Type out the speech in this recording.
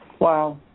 Wow